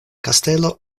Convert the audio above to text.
kastelo